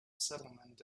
settlement